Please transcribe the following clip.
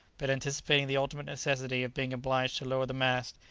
but anticipating the ultimate necessity of being obliged to lower the mast,